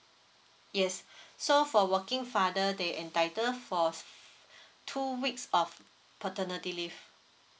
yes so for working father they entitle for two weeks of paternity leave